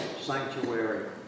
sanctuary